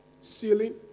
Ceiling